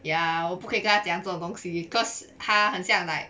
ya 我不可以跟他讲这种东西 cause 他很像 like